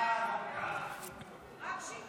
ההצעה